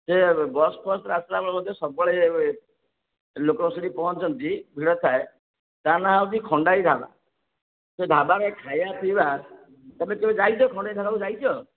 ସେ ବସ୍ଫସ୍ରେ ଆସିଲାବେଳେ ମଧ୍ୟ ସବୁବେଳେ ଲୋକ ସେଇଠି ପହଞ୍ଚନ୍ତି ଭିଡ଼ ଥାଏ ତା' ନାଁ ହୋଉଛି ଖଣ୍ଡାଇ ଢ଼ାବା ସେ ଢ଼ାବାରେ ଖାଇବା ପିଇବା ତୁମେ କେବେ ଯାଇଛ ଖଣ୍ଡାଇ ଢ଼ାବାକୁ ଯାଇଛ